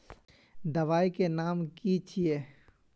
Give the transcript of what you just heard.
दबाई के नाम की छिए?